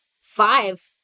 five